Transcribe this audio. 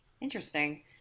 Interesting